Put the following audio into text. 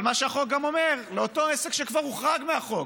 אבל מה שהחוק אומר לאותו עסק שכבר הוחרג מהחוק,